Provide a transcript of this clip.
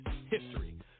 history